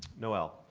noelle,